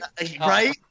Right